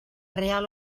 real